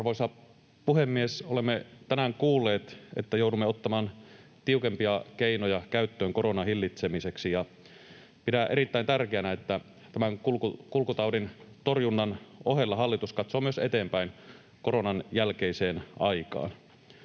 Arvoisa puhemies! Olemme tänään kuulleet, että joudumme ottamaan tiukempia keinoja käyttöön koronan hillitsemiseksi. Pidän erittäin tärkeänä, että tämän kulkutaudin torjunnan ohella hallitus katsoo myös eteenpäin koronan jälkeiseen aikaan.